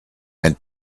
and